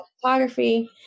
photography